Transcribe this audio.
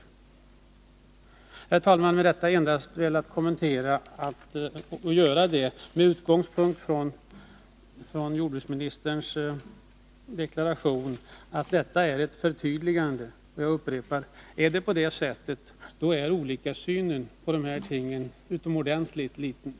Herr talman! Jag har velat göra dessa kommentarer med utgångspunkt i jordbruksministerns deklaration att det är fråga om ett förtydligande. Jag upprepar: Är det på det sättet är vår olika syn på de här tingen utomordentligt liten.